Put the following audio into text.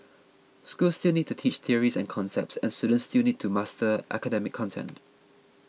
schools still need to teach theories and concepts and students still need to master academic content